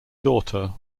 daughter